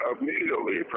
immediately